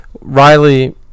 Riley